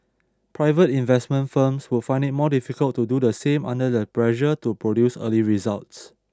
private investment firms would find it more difficult to do the same under the pressure to produce early results